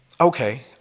Okay